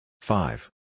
five